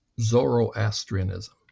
Zoroastrianism